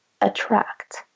attract